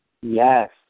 Yes